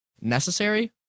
necessary